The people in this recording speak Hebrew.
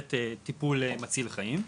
לתת טיפול מציל חיים.